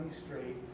straight